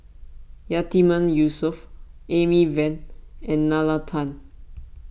Yatiman Yusof Amy Van and Nalla Tan